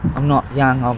i'm not young. um